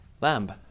lamb